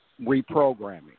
reprogramming